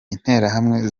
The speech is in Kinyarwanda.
interahamwe